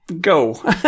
go